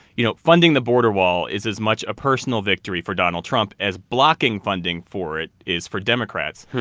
you know, funding the border wall is as much a personal victory for donald trump as blocking funding for it is for democrats.